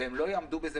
והם לא יעמדו בזה,